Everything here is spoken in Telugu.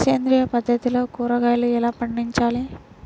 సేంద్రియ పద్ధతిలో కూరగాయలు ఎలా పండించాలి?